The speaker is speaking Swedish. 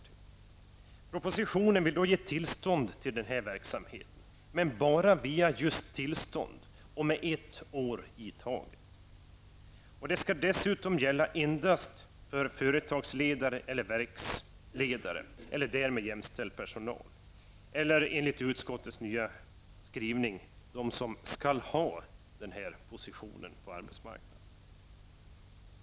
Enligt propositionens förslag vill man tillåta denna verksamhet, men bara via tillstånd och för ett år i taget. Dessutom skall detta endast gälla företagsledare, verksledare och därmed jämställd personal, eller, enligt utskottets skrivning, de som ''skall ha'' denna position på arbetsmarknaden.